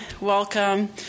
Welcome